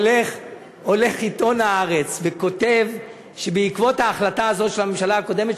הולך עיתון "הארץ" וכותב שעקבות ההחלטה הזאת של הממשלה הקודמת,